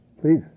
Please